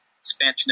expansion